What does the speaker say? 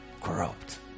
corrupt